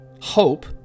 hope